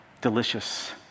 delicious